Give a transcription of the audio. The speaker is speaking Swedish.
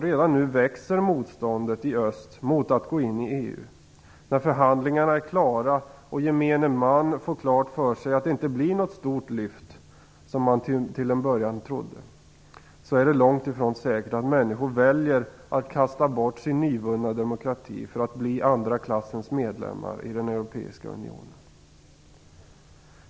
Redan nu växer motståndet i öst mot att gå in i EU. När förhandlingarna är klara och gemene man får klart för sig att det inte blir något stort lyft, så är det långt ifrån säkert att människor väljer att kasta bort sin nyvunna demokrati för att bli andra klassens medlemmar i den europeiska unionen.